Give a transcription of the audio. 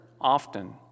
often